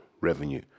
revenue